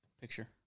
picture